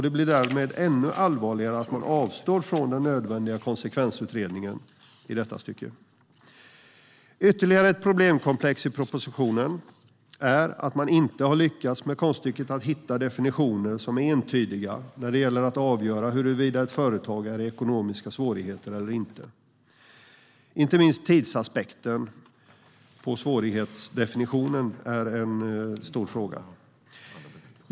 Det blir därmed ännu allvarligare att man avstår från den nödvändiga konsekvensutredningen i detta stycke. Ytterligare ett problemkomplex i propositionen är att man inte har lyckats hitta entydiga definitioner när det gäller att avgöra huruvida ett företag är i ekonomiska svårigheter eller inte. Inte minst tidsaspekten och svårighetsdefinitionen är stora frågor.